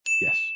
Yes